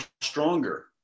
stronger